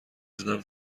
زدم